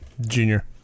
Junior